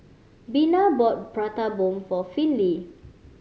Bina bought Prata Bomb for Finley